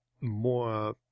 more